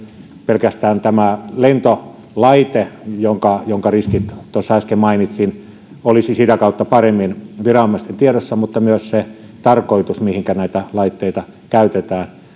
pelkästään lentolaite jonka jonka riskit tuossa äsken mainitsin olisi sitä kautta paremmin viranomaisten tiedossa mutta myös se tarkoitus mihinkä näitä laitteita käytetään